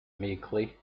meekly